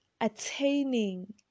attaining